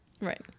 Right